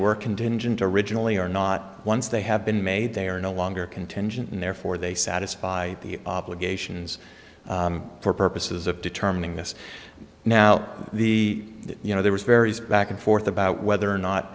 were contingent originally or not once they have been made they are no longer contingent and therefore they satisfy the obligations for purposes of determining this now the you know there was various back and forth about whether